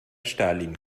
stalin